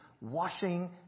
washing